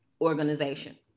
organization